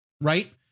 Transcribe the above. Right